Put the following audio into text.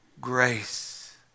grace